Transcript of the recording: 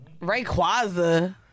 Rayquaza